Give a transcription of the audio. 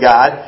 God